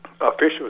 officials